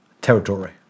territory